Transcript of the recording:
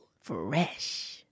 fresh